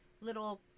little